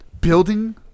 Building